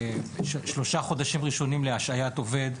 שלושה חודשים ראשונים להשעיית עובד,